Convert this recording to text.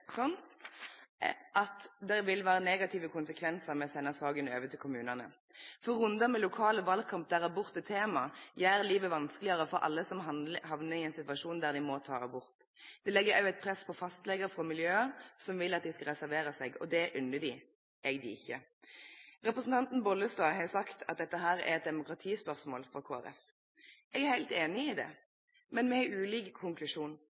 at det vil være negative konsekvenser ved å sende saken over til kommunene, for runder med lokal valgkamp der abort er tema, gjør livet vanskeligere for alle som havner i en situasjon der de må ta abort. Det legges også et press på fastleger fra miljøet som vil at de skal reservere seg, og det unner jeg dem ikke. Representanten Bollestad har sagt at dette er et demokratispørsmål for Kristelig Folkeparti. Jeg er helt enig i det, men vi har ulik konklusjon,